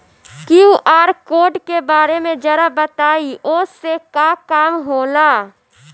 QR code के बारे में जरा बताई वो से का काम होला?